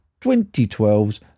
2012's